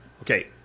Okay